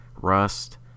Rust